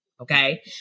okay